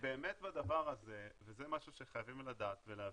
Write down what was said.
באמת בדבר הזה, וזה משהו שחייבים לדעת ולהבין,